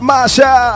Masha